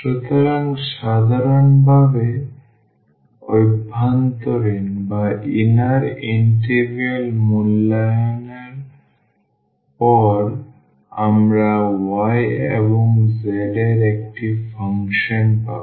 সুতরাং সাধারণভাবে অভ্যন্তরীণ ইন্টিগ্রাল মূল্যায়নের পর আমরা y এবং z এর একটি ফাংশন পাব